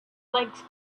legs